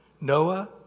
Noah